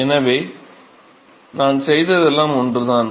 எனவே நான் செய்ததெல்லாம் ஒன்றுதான்